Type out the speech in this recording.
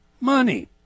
money